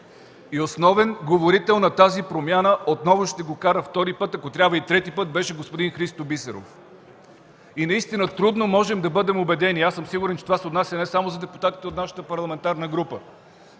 и основен говорител на тази промяна – отново ще го кажа втори път, ако трябва и трети път, беше господин Христо Бисеров. И наистина, трудно можем да бъдем убедени, сигурен съм, че това се отнася не само за депутатите от нашата парламентарна група,